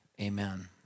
Amen